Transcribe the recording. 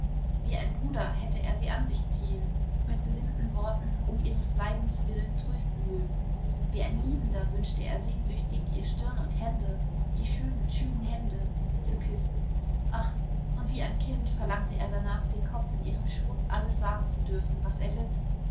wie ein bruder hätte er sie an sich ziehen mit linden worten um ihres leidens willen trösten mögen wie ein liebender wünschte er sehnsüchtig ihr stirn und hände die schönen schönen hände zu küssen ach und wie ein kind verlangte er danach den kopf in ihrem schoß alles sagen zu dürfen was er litt